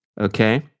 okay